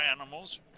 animals